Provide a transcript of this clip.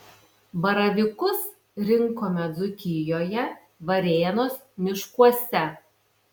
baravykus rinkome dzūkijoje varėnos miškuose